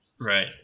Right